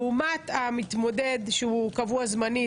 לעומת המתמודד שהוא קבוע-זמני,